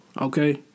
okay